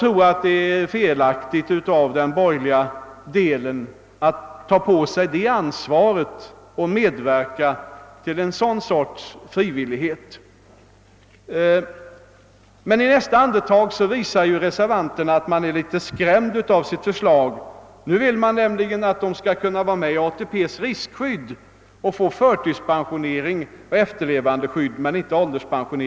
Jag anser det vara fel av de borgerliga att ta på sig ett sådant ansvar och medverka till en sådan »valfrihet». Det visar sig emellertid att reservanterna är litet skrämda av sitt eget förslag. De vill nämligen att vederbörande skall kunna vara med i ATP:s riskskydd och få förtidspension och efterlevandeskydd men inte ålderspension.